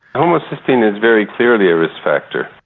homocysteine is very clearly a risk factor.